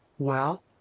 well,